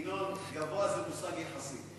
ינון, גבוה זה מושג יחסי.